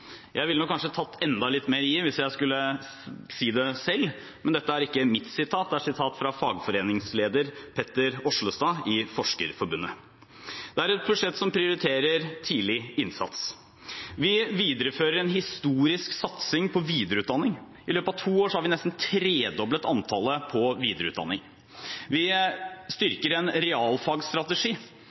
Jeg ville nok kanskje tatt i enda litt mer hvis jeg skulle si det selv, men dette er ikke mitt sitat, det er et sitat fra fagforeningsleder Petter Aaslestad i Forskerforbundet. Det er et budsjett som prioriterer tidlig innsats. Vi viderefører en historisk satsing på videreutdanning. I løpet av to år har vi nesten tredoblet antallet på videreutdanning. Vi styrker en